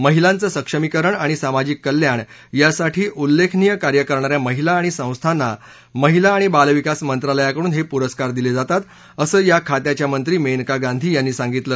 महिलांचं सक्षमीकरण आणि सामाजिक कल्याण यासाठी उल्लेखनीय कार्य करणाऱ्या महिला आणि संस्थांना महिला आणि बालविकास मंत्रालयाकडून हे पुरस्कार दिले जातात असं या खात्याच्या मंत्री मेनका गांधी यांनी सांगितलं